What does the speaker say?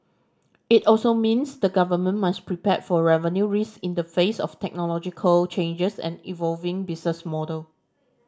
it also means the government must prepare for revenue risk in the face of technological changes and evolving business model